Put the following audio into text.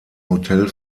hotel